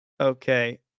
Okay